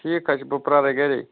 ٹھیٖک حظ چھُ بہٕ پرارٕے گَرے